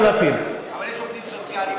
3,000. אבל יש עובדים סוציאליים,